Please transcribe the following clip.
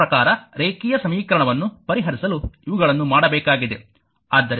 ನನ್ನ ಪ್ರಕಾರ ರೇಖೀಯ ಸಮೀಕರಣವನ್ನು ಪರಿಹರಿಸಲು ಇವುಗಳನ್ನು ಮಾಡಬೇಕಾಗಿದೆ